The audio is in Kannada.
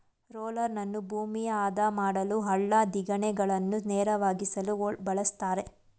ರೋಲರನ್ನು ಭೂಮಿಯ ಆದ ಮಾಡಲು, ಹಳ್ಳ ದಿಣ್ಣೆಗಳನ್ನು ನೇರವಾಗಿಸಲು ಬಳ್ಸತ್ತರೆ